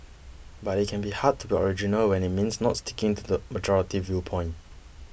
but it can be hard to be original when it means not sticking to the majority viewpoint